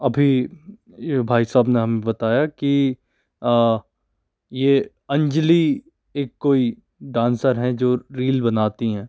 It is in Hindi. अभी ये भाई साहब ने हमें बताया कि ये अंजलि एक कोई डांसर हैं जो रील बनाती हैं